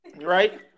Right